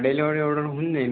delivery order होऊन जाईन ना